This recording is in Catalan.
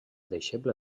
deixeble